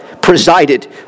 presided